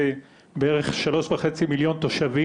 זה בערך 3.5 מיליון תושבים,